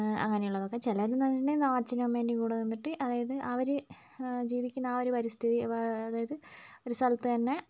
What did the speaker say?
അങ്ങനെ ഉള്ളതൊക്കെ ചിലർ എന്ന് വെച്ചിട്ടുണ്ടെങ്കിൽ നാളെ അച്ഛൻറ്റെയും അമ്മേൻറ്റെയും കൂടെ നിന്നിട്ട് അതായത് അവർ ജീവിക്കുന്ന ആ ഒരു പരിസ്ഥിതി അതായത് ഒരു സ്ഥലത്ത് തന്നെ